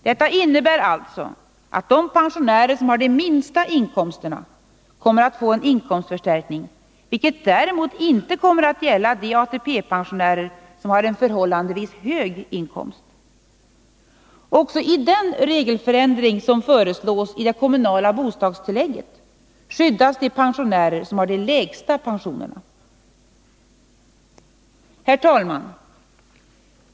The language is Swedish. Det innebär alltså att de pensionärer som har de minsta inkomsterna kommer att få en inkomstförstärkning, vilket däremot inte kommer att gälla de ATP-pensionärer som har en förhållandevis hög inkomst. Också i den regelförändring som föreslås i det kommunala bostadstillägget skyddas de pensionärer som har de lägsta pensionerna. Herr talman!